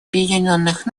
объединенных